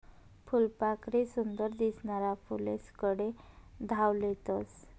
फुलपाखरे सुंदर दिसनारा फुलेस्कडे धाव लेतस